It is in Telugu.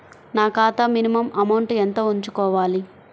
నా ఖాతా మినిమం అమౌంట్ ఎంత ఉంచుకోవాలి?